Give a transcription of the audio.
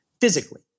physically